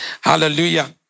Hallelujah